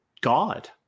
God